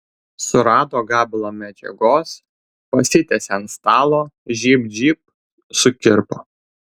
surado gabalą medžiagos pasitiesė ant stalo žybt žybt sukirpo